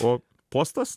o postas